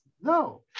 No